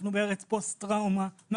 אנחנו בארץ פוסט טראומתית,